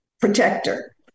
protector